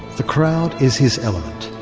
the crowd is his element,